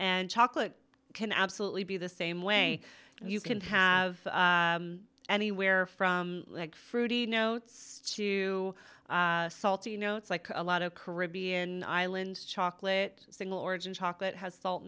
and chocolate can absolutely be the same way you can have anywhere from fruity notes to salty you know it's like a lot of caribbean islands chocolate single origin chocolate has salt